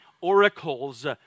oracles